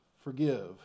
forgive